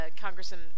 Congressman